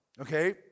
Okay